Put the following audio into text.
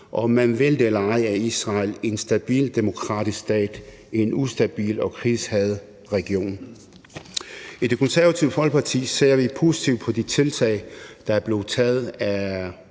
om man vil det eller ej, er Israel en stabil, demokratisk stat i en ustabil og krigshærget region. I Det Konservative Folkeparti ser vi positivt på de tiltag, der er blevet taget